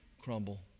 crumble